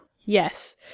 Yes